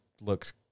looks